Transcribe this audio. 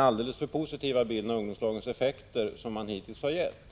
alldeles för positiva bild av ungdomslagens effekter som hittills har getts.